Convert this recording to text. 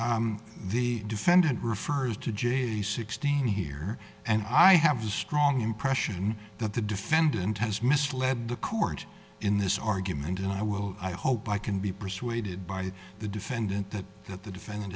the defendant refers to j sixteen here and i have the strong impression that the defendant has misled the court in this argument and i will i hope i can be persuaded by the defendant that that the defendant